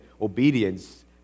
obedience